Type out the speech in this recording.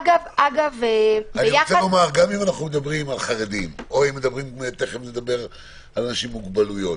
אם מדברים על חרדים או על אנשים עם מוגבלויות,